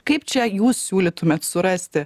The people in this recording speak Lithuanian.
kaip čia jūs siūlytumėt surasti